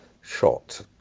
shot